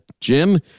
Jim